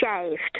shaved